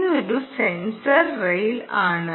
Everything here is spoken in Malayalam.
ഇതൊരു സെൻസർ റെയിൽ ആണ്